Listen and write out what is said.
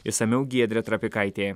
išsamiau giedrė trapikaitė